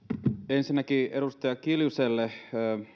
ensinnäkin edustaja kiljuselle